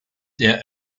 der